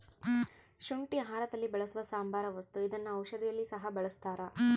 ಶುಂಠಿ ಆಹಾರದಲ್ಲಿ ಬಳಸುವ ಸಾಂಬಾರ ವಸ್ತು ಇದನ್ನ ಔಷಧಿಯಲ್ಲಿ ಸಹ ಬಳಸ್ತಾರ